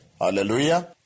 Hallelujah